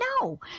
No